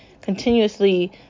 Continuously